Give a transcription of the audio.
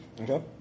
Okay